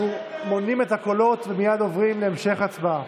אנחנו מונים את הקולות ומייד עוברים להמשך הצבעה.